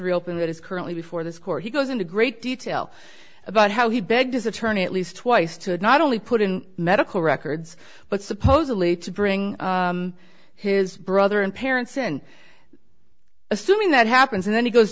reopened it is currently before this court he goes into great detail about how he begged his attorney at least twice to not only put in medical records but supposedly to bring his brother and parents in assuming that happens and then he goes